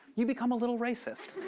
you become a little racist.